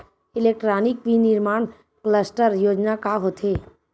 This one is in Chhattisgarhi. इलेक्ट्रॉनिक विनीर्माण क्लस्टर योजना का होथे?